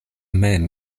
men